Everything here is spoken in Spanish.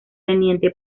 teniente